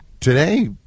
today